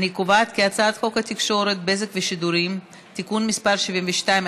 אני קובעת כי חוק התקשורת (בזק ושידורים) (תיקון מס' 72),